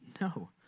No